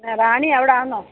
റാണി അവിടെയാന്നോ